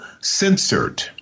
censored